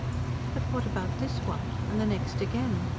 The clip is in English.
but what about this one, and the next again?